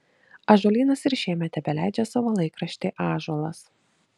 ąžuolynas ir šiemet tebeleidžia savo laikraštį ąžuolas